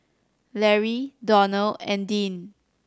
Larry Donell and Dean